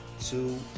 two